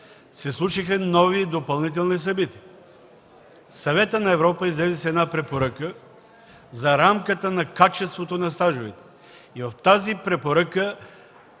се случиха нови, допълнителни събития. Съветът на Европа излезе с една препоръка за рамката на качеството на стажовете. В тази препоръка